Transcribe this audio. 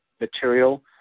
material